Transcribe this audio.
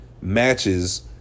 matches